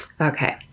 Okay